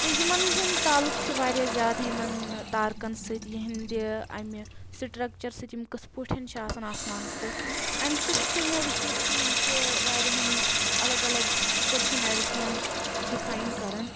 تہٕ یِمَن ہُنٛد تعلُق چھُ واریاہ زیادٕ یِمَن تارکَن سۭتۍ یِہٕنٛدِ امہِ سٕٹرَکچَر سۭتۍ یِم کٕتھ پٲٹھۍ چھِ آسَان آسمانَس پؠٹھ اَمہِ سۭتۍ چھِ مےٚ وٕچھمُت کہِ یِم چھِ واریاہَن الگ الگ پٔرسٕنَیٚلِٹِیَن ڈِفایِن کَرَان